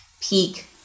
peak